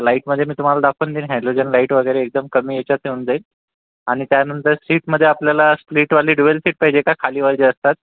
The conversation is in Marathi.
लाईटमध्ये मी तुम्हाला दाखवून देईन हॅलोजेन लाईट वगैरे एकदम कमी ह्याच्यात होऊन जाईल आणि त्यानंतर सीटमध्ये आपल्याला स्प्लीटवाले ड्युएल सीट पाहिजे का खालीवर जे असतात